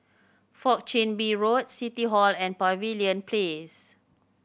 Fourth Chin Bee Road City Hall and Pavilion Place